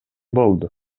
болду